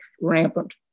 rampant